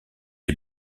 les